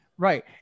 Right